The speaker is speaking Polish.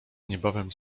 niebawem